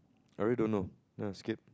I really don't know ya skip